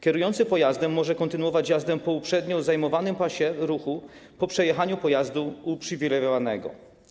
Kierujący pojazdem może kontynuować jazdę po uprzednio zajmowanym pasie ruchu po przejechaniu pojazdu uprzywilejowanego.